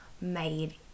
made